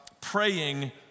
praying